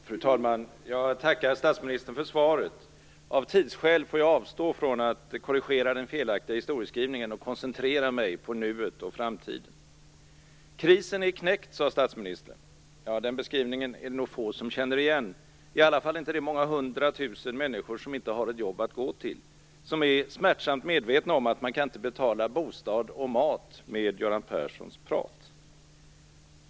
Fru talman! Jag tackar statsministern för svaret. Av tidsskäl får jag avstå från att korrigera den felaktiga historieskrivningen, och koncentrera mig på nuet och framtiden. Krisen är knäckt, sade statsministern. Den beskrivningen är det nog få som känner igen - i alla fall inte de många hundratusen människor som inte har ett jobb att gå till. De är smärtsamt medvetna om att man inte kan betala bostad och mat med Göran Perssons prat.